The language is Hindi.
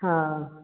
हाँ